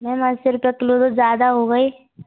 ma'am अस्सी रुपये kilo तो ज़्यादा हो गई